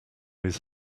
his